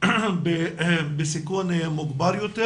בסיכון מוגבר יותר.